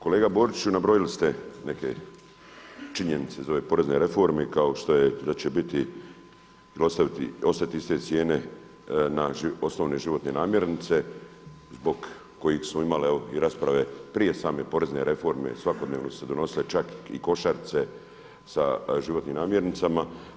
Kolega Boriću, nabrojali ste neke činjenice iz ove porezne reforme kao što je da će biti ili ostati iste cijene na osnovne životne namirnice zbog kojih smo imali i rasprave prije same porezne reforme svakodnevno su se donosile čak i košarice sa životnim namirnicama.